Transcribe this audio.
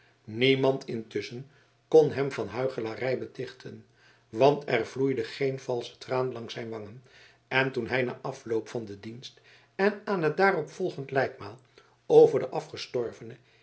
niemand intusschen kon hem van huichelarij betichten want er vloeide geen valsche traan langs zijn wangen en toen hij na afloop van den dienst en aan het daarop volgend lijkmaal over den afgestorvene